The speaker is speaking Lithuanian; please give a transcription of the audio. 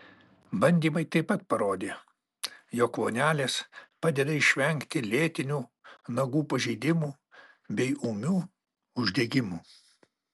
bandymai taip pat parodė jog vonelės padeda išvengti lėtinių nagų pažeidimų bei ūmių uždegimų